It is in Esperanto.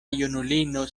junulino